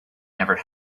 never